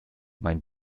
mein